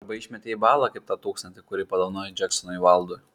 arba išmetei į balą kaip tą tūkstantį kurį padovanojai džeksonui vaildui